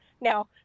Now